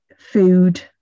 food